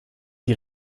die